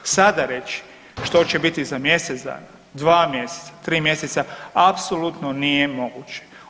Sada reći što će biti za mjesec dana, 2 mjeseca, 3 mjeseca, apsolutno nije moguće.